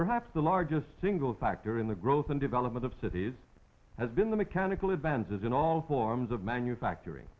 perhaps the largest single factor in the growth and development of cities has been the mechanical advances in all forms of manufacturing